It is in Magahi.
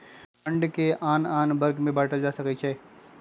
फण्ड के आन आन वर्ग में बाटल जा सकइ छै